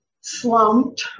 slumped